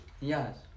Yes